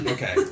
Okay